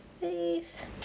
face